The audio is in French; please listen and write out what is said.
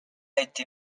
été